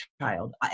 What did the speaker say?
child